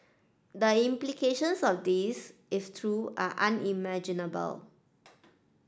the implications of this if true are unimaginable